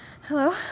Hello